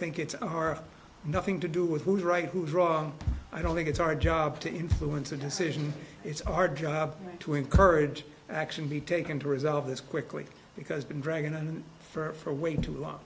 think it's nothing to do with who's right who's wrong i don't think it's our job to influence a decision it's our job to encourage action be taken to resolve this quickly because been dragging on for way too long